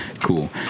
cool